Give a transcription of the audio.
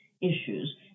issues